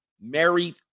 married